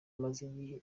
umaze